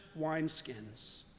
wineskins